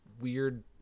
weird